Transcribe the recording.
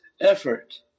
effort